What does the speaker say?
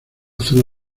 zona